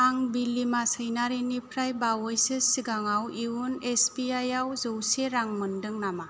आं बिलिमा सैनारिनिफ्राय बावैसो सिगाङाव इउन' एस बि आइ आव जौसे रां मोनदों नामा